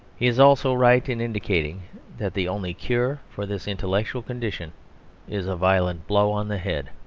he is also right in indicating that the only cure for this intellectual condition is a violent blow on the head.